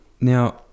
now